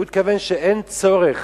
הוא התכוון שאין צורך